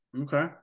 Okay